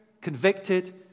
convicted